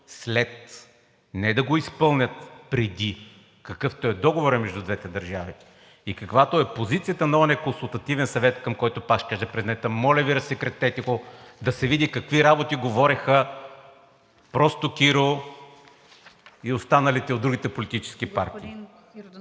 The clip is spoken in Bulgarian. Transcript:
След! Не да го изпълнят преди, какъвто е договорът между двете държави и каквато е позицията на онзи консултативен съвет, за който пак ще кажа на президента: моля Ви разсекретете го, за да се види какви работи говореха просто Киро и останалите от другите политически партии.